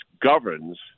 governs